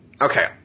Okay